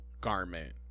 garment